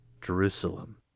Jerusalem